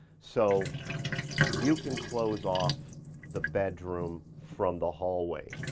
so you can close off the bedroom from the hallway.